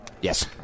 Yes